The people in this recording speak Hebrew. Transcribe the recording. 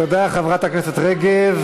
כל שר, תודה, חברת הכנסת רגב.